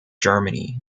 germany